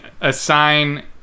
assign